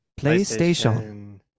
PlayStation